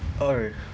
oh r~